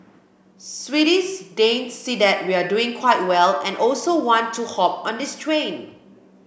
Swedes Danes see that we are doing quite well and also want to hop on this train